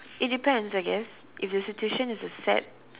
it depends I guess if your situation is a sad